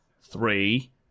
three